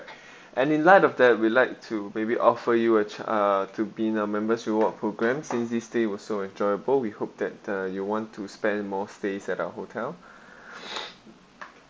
and in light of that we like to maybe offer you a ch~ uh to be in our members reward programs since this stay was so enjoyable we hope that uh you want to spend more stays at our hotel